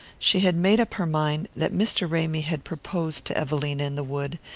she had made up her mind that mr. ramy had proposed to evelina in the wood,